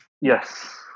Yes